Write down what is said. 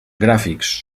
gràfics